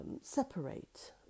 separate